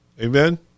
Amen